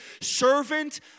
servant